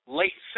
late